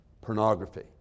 pornography